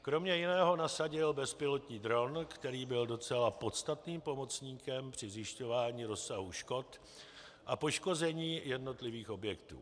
Kromě jiného nasadil bezpilotní dron, který byl docela podstatným pomocníkem při zjišťování rozsahu škod a poškození jednotlivých objektů.